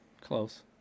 Close